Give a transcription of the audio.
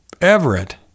Everett